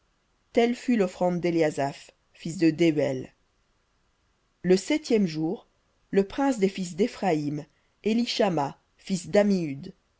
telle fut l'offrande d'éliasaph fils de dehuel le septième jour le prince des fils d'éphraïm élishama fils